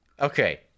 Okay